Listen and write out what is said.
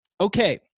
Okay